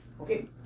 Okay